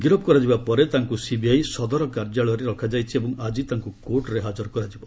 ଗିରଫ୍ କରାଯିବା ପରେ ତାଙ୍କୁ ସିବିଆଇ ସଦର କାର୍ଯ୍ୟାଳୟରେ ରଖାଯାଇଛି ଏବଂ ଆଜି ତାଙ୍କୁ କୋର୍ଟ୍ରେ ହାଜର କରାଯିବ